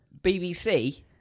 BBC